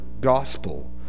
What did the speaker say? gospel